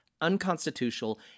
unconstitutional